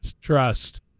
trust